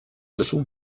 little